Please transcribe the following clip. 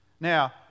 Now